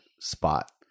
spot